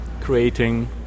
creating